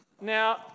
Now